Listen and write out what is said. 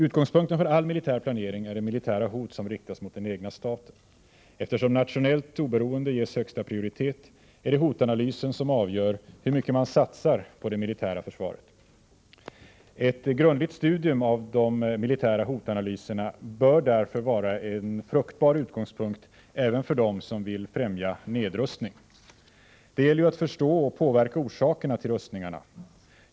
Utgångspunkten för all militär planering är det militära hot som riktas mot den egna staten. Eftersom nationellt oberoende ges högsta prioritet är det hotanalysen som avgör hur mycket man satsar på det militära försvaret. Ett grundligt studium av de militära hotanalyserna bör därför vara en fruktbar utgångspunkt även för dem som vill främja nedrustning. Det gäller ju att förstå och påverka orsakerna till rustningarna.